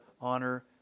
honor